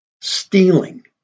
stealing